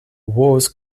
was